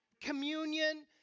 communion